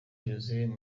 joseph